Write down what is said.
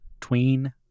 tween